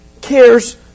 cares